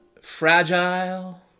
Fragile